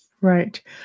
Right